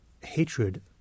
hatred